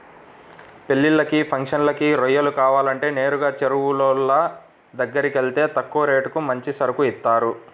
పెళ్ళిళ్ళకి, ఫంక్షన్లకి రొయ్యలు కావాలంటే నేరుగా చెరువులోళ్ళ దగ్గరకెళ్తే తక్కువ రేటుకి మంచి సరుకు ఇత్తారు